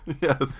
Yes